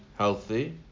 Healthy